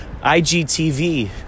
IGTV